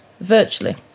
virtually